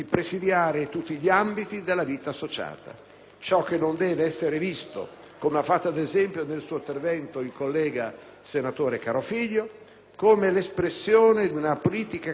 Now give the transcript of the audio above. Ciò che non deve essere visto, come ha fatto ad esempio nel suo intervento il collega senatore Carofiglio, come l'espressione di una politica criminale cosiddetta di classe,